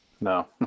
No